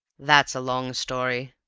that's a long story,